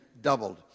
doubled